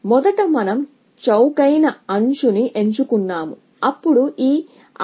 మొదట మనం చౌకైన ఎడ్జ్ ని ఎంచుకున్నాము అప్పుడు ఈ ఆమోదం H B కోసం నేను ఈ రెండింటినీ చేర్చబోతున్నాను